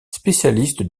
spécialiste